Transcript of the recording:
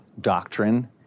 doctrine